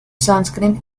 sunscreen